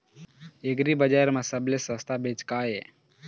एग्रीबजार म सबले सस्ता चीज का ये?